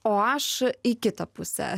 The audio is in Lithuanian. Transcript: o aš į kitą pusę